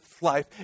life